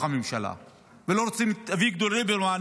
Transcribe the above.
הממשלה ולא רוצים את אביגדור ליברמן